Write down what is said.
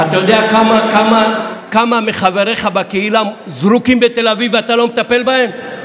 אתה יודע כמה מחבריך בקהילה זרוקים בתל אביב ואתה לא מטפל בהם?